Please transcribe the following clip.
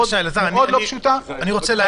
באופן --- ביום אחד 4,000 איש?